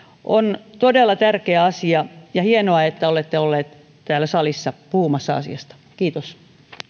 on todella tärkeä asia ja hienoa että olette olleet täällä salissa puhumassa asiasta kiitos